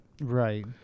Right